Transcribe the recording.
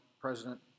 President